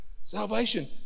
Salvation